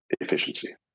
efficiency